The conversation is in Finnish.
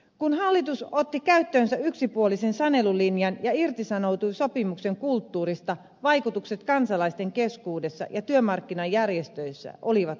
kun hallitus otti käyttöönsä yksipuolisen sanelulinjan ja irtisanoutui sopimuksen kulttuurista vaikutukset kansalaisten keskuudessa ja työmarkkinajärjestöissä olivat rajut